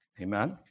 Amen